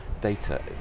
data